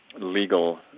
legal